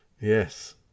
Yes